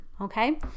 Okay